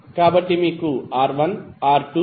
కాబట్టి మీకు R1 R2